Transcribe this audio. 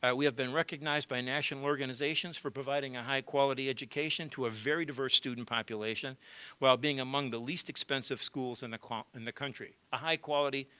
and we have been recognized by national organizations for providing a high quality education to a very diverse student population while being among the least expensive schools and in and the country, a high quality,